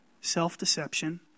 Self-deception